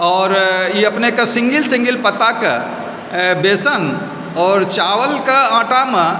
आओर ई अपनेके सिंगल सिंगल पत्ताके बेसन आओर चावलके आटाके